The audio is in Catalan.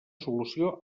solució